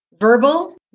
verbal